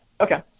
okay